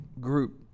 group